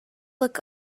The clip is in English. look